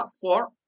four